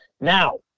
Now